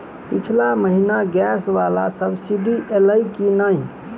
पिछला महीना गैस वला सब्सिडी ऐलई की नहि?